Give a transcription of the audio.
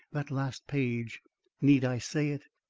that last page need i say it?